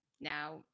Now